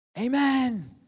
Amen